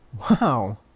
Wow